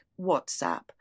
WhatsApp